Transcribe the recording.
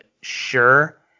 sure